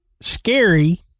scary